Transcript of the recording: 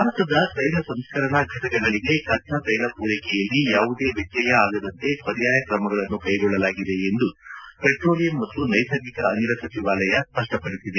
ಭಾರತದ ತೈಲ ಸಂಸ್ಕರಣಾ ಘಟಕಗಳಗೆ ಕಚ್ಚಾ ತೈಲ ಸೂರೈಕೆಯಲ್ಲಿ ಯಾವುದೇ ವ್ಯತ್ಯಯ ಆಗದಂತೆ ಎಂದು ಪರ್ಯಾಯ ಕ್ರಮಗಳನ್ನು ಕೈಗೊಳ್ಳಲಾಗಿದೆ ಎಂದು ಪೆಟ್ರೋಲಿಯಂ ಮತ್ತು ನೈಸರ್ಗಿಕ ಅನಿಲ ಸಚಿವಾಲಯ ಸ್ವಪ್ಪಡಿಸಿದೆ